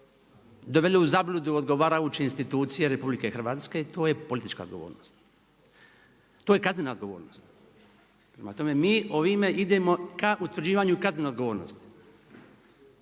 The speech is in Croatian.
doveli u zabludu odgovarajuće institucije RH i to je politička odgovornost, to je kaznena odgovornost. Prema tome, mi ovime idemo k utvrđivanju kaznene odgovornosti